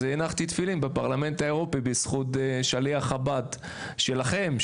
אז הנחתי תפילין בפרלמנט האירופי בזכות שליח חב"ד שלכם,